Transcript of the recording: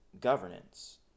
governance